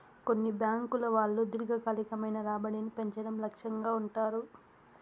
కొన్ని బ్యాంకుల వాళ్ళు దీర్ఘకాలికమైన రాబడిని పెంచడం లక్ష్యంగా ఉంటారు